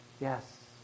Yes